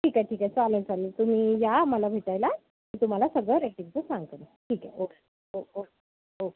ठीक आहे ठीक आहे चालेल चालेल तुम्ही या मला भेटायला मी तुम्हाला सगळं रेटिंगचं सांगते मी ठीक आहे ओके ओके ओके